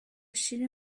شیر